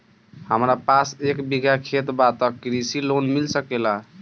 हमरा पास एक बिगहा खेत बा त कृषि लोन मिल सकेला?